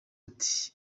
ati